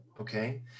okay